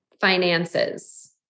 finances